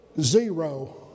zero